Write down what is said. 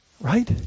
right